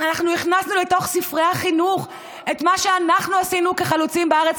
אנחנו הכנסנו לתוך ספרי החינוך את מה שאנחנו עשינו כחלוצים בארץ,